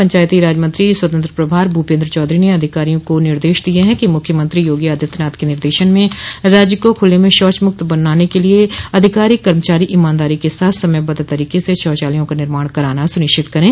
पंचायती राज मंत्री स्वतंत्र प्रभार भूपेन्द्र चौधरी ने अधिकारियों को निर्देश दिये हैं कि मुख्यमंत्री योगी आदित्यनाथ के निर्देशन में राज्य को खुले में शौचमुक्त बनाने के लिए अधिकारी कर्मचारी ईमानदारी के साथ समयबद्ध तरीके से शौचालयों का निर्माण कराना सुनिश्चित करे